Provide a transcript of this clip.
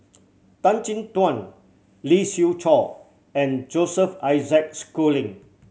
Tan Chin Tuan Lee Siew Choh and Joseph Isaac Schooling